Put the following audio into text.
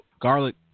garlic